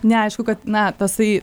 neaišku kad na tasai